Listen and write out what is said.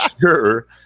sure